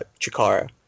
Chikara